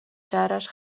شرش